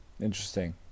Interesting